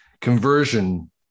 conversion